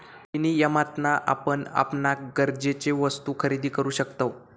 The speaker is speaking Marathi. विनियमातना आपण आपणाक गरजेचे वस्तु खरेदी करु शकतव